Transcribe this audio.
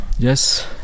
Yes